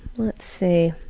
let's see.